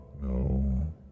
No